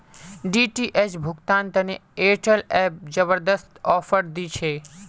DTH भुगतान तने Airtel app जबरदस्त ऑफर दी छे